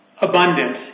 abundant